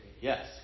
Yes